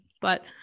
but-